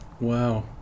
Wow